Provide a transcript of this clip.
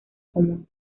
común